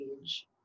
age